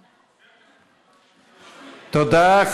תודה.